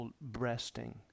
breasting